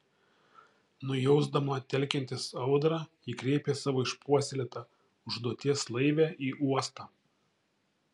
nujausdama telkiantis audrą ji kreipė savo išpuoselėtą užduoties laivę į uostą